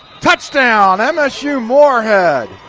touchdown, msu moorhead.